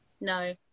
No